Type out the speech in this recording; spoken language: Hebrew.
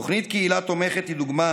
תוכנית קהילה תומכת היא דוגמה,